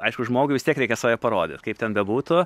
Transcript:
aišku žmogui vis tiek reikia save parodyt kaip ten bebūtų